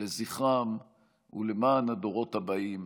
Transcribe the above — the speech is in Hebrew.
לזכרם ולמען הדורות הבאים: